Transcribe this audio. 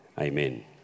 Amen